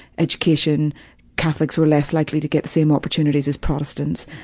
education catholics were less likely to get the same opportunities as protestants.